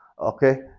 Okay